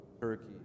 Turkey